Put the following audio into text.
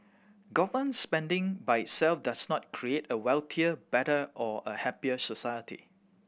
government spending by itself does not create a wealthier better or a happier society